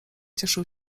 cieszył